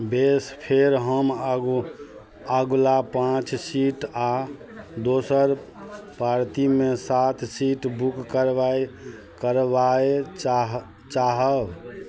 बेस फेर हम आगू अगुला पाँच सीट आओर दोसर पार्टीमे सात सीट बुक करबाए करबाय चाह चाहब